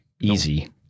Easy